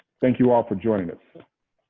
thank you all for joining us.